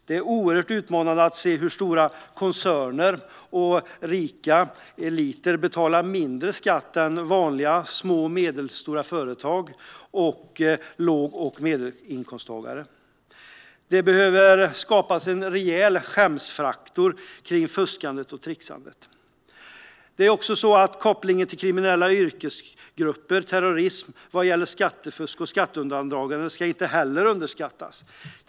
Det är oerhört utmanande att se hur stora koncerner och rika eliter betalar mindre skatt än vanliga små och medelstora företag och låg och medelinkomsttagare. Det behöver skapas en rejäl skämsfaktor kring fuskandet och trixandet. Kopplingen till kriminella yrkesgrupper och terrorism vad gäller skattefusk och skatteundandragande ska inte heller underskattas.